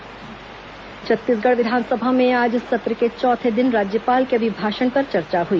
विधानसभा समाचार छत्तीसगढ़ विधानसभा में आज सत्र के चौथे दिन राज्यपाल के अभिभाषण पर चर्चा हई